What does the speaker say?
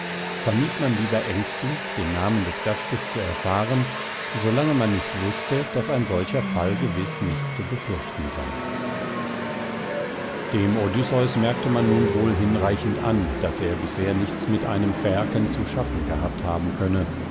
vermied man lieber ängstlich den namen des gastes zu erfahren so lange man nicht wußte daß ein solcher fall gewiß nicht zu befürchten sei dem odysseus merkte man nun wohl hinreichend an daß er bisher nichts mit einem phäaken zu schaffen gehabt haben könne